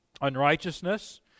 unrighteousness